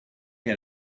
had